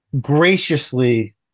graciously